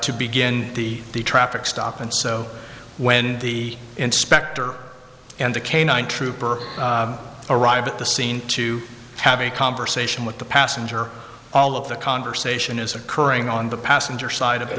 to begin the traffic stop and so when the inspector and a canine trooper arrived at the scene to have a conversation with the passenger all of the conversation is occurring on the passenger side of